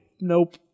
nope